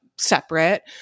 Separate